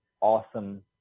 awesome